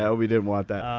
ah we didn't want that.